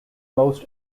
most